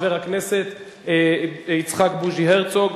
וחבר הכנסת יצחק בוז'י הרצוג,